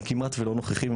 הם כמעט ולא נוכחים,